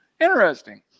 Interesting